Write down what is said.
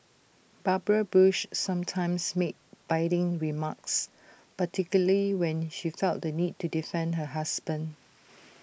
Barbara bush sometimes made biting remarks particularly when she felt the need to defend her husband